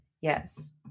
Yes